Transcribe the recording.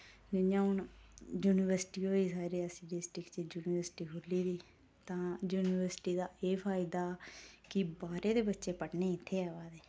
जि'यां हुन यूनिवर्सिटी होई साढ़ी रियासी डिस्ट्रिक च यूनिवर्सिटी खु'ल्ली दी तां यूनिवर्सिटी दा एह् फायदा कि बाह्रे दे बच्चे पढ़ने इत्थै आवा दे